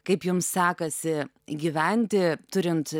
kaip jums sekasi gyventi turint